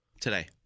today